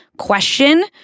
Question